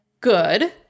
good